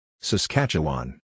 Saskatchewan